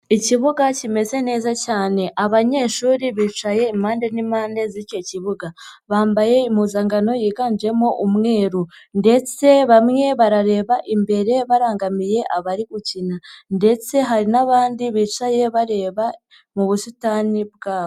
Ikibuga kimeze neza cyane abanyeshuri bicaye impande n'impande z'icyo kibuga, bambaye impuzangano yiganjemo umweru ndetse bamwe barareba imbere barangamiye abari gukina ndetse hari n'abandi bicaye bareba mu busitani bwabo.